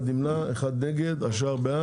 הצבעה 1, נגד, 1 נמנע, השאר בעד.